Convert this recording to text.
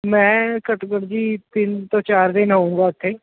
ਮੈਂ ਘੱਟੋ ਘੱਟ ਜੀ ਤਿੰਨ ਤੋਂ ਚਾਰ ਦਿਨ ਰਹੁੰਗਾ ਉੱਥੇ